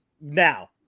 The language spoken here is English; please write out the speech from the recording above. now